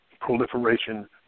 proliferation